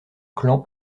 clan